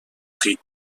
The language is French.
prix